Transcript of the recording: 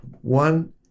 one